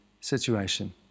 situation